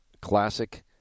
Classic